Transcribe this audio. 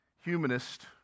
humanist